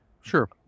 sure